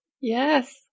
Yes